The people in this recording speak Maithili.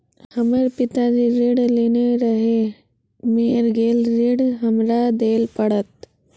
हमर पिताजी ऋण लेने रहे मेर गेल ऋण हमरा देल पड़त?